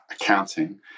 accounting